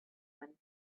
went